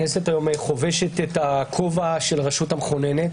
הכנסת היום חובשת את הכובע של הרשות המכוננת.